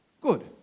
Good